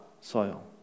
soil